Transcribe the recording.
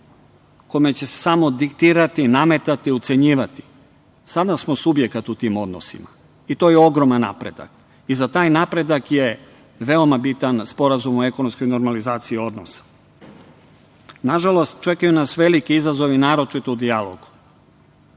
kome će se samo diktirati, nametati i ucenjivati, sada smo subjekat u tim odnosima i to je ogroman napredak. Za taj napredak je veoma bitan Sporazum o ekonomskoj normalizaciji odnosa. Nažalost, čekaju nas veliki izazovi, naročito u dijalogu.